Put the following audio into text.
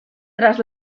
tras